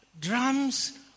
drums